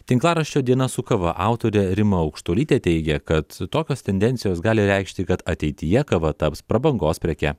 tinklaraščio diena su kava autorė rima aukštuolytė teigia kad tokios tendencijos gali reikšti kad ateityje kava taps prabangos preke